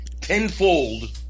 tenfold